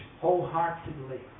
wholeheartedly